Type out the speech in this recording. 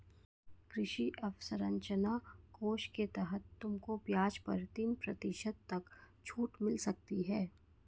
कृषि अवसरंचना कोष के तहत तुमको ब्याज पर तीन प्रतिशत तक छूट मिल सकती है